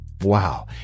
Wow